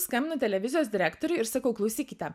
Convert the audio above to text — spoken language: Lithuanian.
skambinu televizijos direktoriui ir sakau klausykite